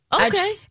Okay